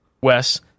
Wes